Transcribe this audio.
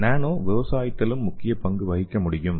நானோ விவசாயத்திலும் முக்கிய பங்கு வகிக்க முடியும்